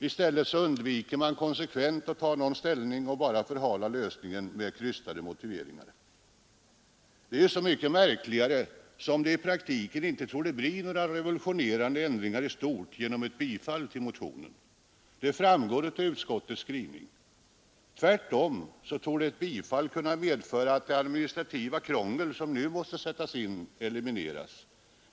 I stället undviker man konsekvent att ta någon ställning och bara förhalar lösningen med krystade motiveringar. Detta är så mycket märkligare som det i praktiken inte torde bli några revolutionerande ändringar i stort genom ett bifall till motionen. Det framgår av utskottets skrivning. Tvärtom torde ett bifall kunna medföra att det administrativa krångel som nu måste sättas in elimineras.